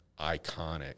iconic